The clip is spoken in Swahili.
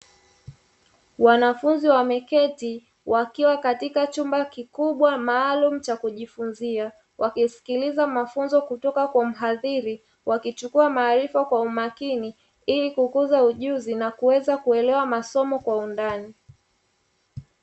Wanafunzi wameketi wakiwa katika chumba kikubwa maalumu cha kujifunzia, wakisikiliza mafunzo kutoka kwa muhadhiri, wakichukua maarifa kwa umakini, ili kukuza ujuzi na kuweza kuelewa masomo kwa undani.